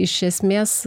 iš esmės